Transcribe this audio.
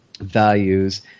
values